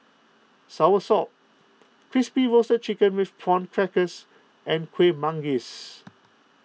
Soursop Crispy Roasted Chicken with Prawn Crackers and Kuih Manggis